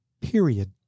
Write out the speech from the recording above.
period